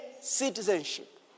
citizenship